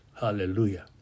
Hallelujah